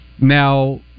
Now